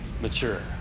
mature